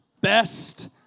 Best